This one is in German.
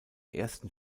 ersten